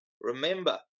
Remember